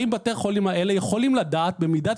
האם בתי החולים האלה יכולים לדעת במידת